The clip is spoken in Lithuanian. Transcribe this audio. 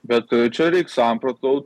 bet čia reik samprotaut